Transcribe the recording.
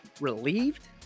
relieved